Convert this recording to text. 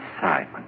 Simon